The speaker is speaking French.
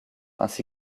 ainsi